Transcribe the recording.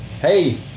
hey